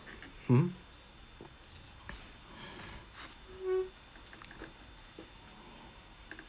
mmhmm